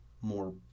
more